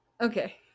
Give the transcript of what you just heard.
okay